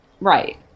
right